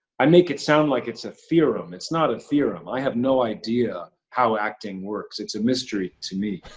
i make it sound like it's a theorem. it's not a theorem, i have no idea how acting works, it's a mystery to me.